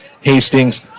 Hastings